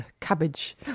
cabbage